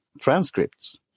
transcripts